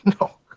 No